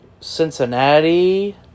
Cincinnati